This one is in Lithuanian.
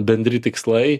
bendri tikslai